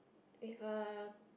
with a